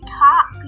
talk